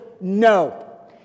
no